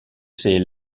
c’est